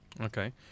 Okay